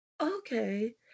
okay